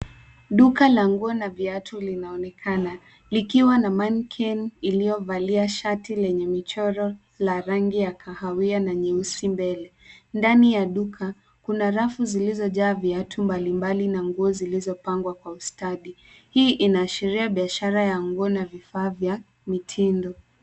Duka la nguo na viatu linaonekana likiwa na mannequin iliyovalia shati lenye michoro la rangi ya kahawia na nyeusi mbele. Ndani ya duka, kuna rafu zilizojaa viatu mbalimbali na nguo zilizopangwa kwa ustadi. Hii inaashiria biashara ya nguo na vifaa vya mitindo.